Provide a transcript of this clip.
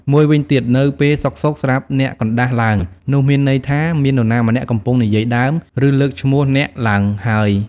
មួយវិញទៀត នៅពេលសុខៗ ស្រាប់អ្នកកណ្ដាស់ឡើង នោះមានន័យថាមាននរណាម្នាក់កំពុងនិយាយដើម ឬ លើកឈ្មោះអ្នកឡើងហើយ។